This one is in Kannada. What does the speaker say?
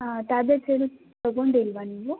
ಹಾಂ ಟ್ಯಾಬ್ಲೇಟ್ಸ್ ಏನು ತೊಗೋಂಡಿಲ್ವಾ ನೀವು